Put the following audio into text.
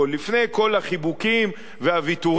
לפני כל החיבוקים והוויתורים.